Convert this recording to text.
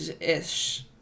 ish